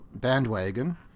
bandwagon